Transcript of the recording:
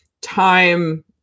time